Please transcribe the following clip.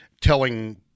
telling